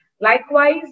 Likewise